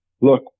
look